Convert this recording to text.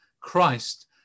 christ